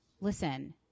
listen